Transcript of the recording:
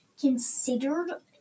considered